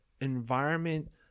environment